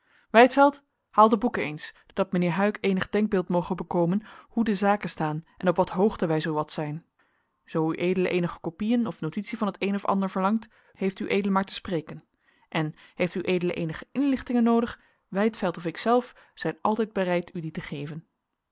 vervaardigd is wijdveld haal de boeken eens dat mijnheer huyck eenig denkbeeld moge bekomen hoe de zaken staan en op wat hoogte wij zoo wat zijn zoo ued eenige kopieën of notitie van t een of t ander verlangt heeft ued maar te spreken en heeft ued eenige inlichtingen noodig wijdveld of ikzelf zijn altijd bereid u die te geven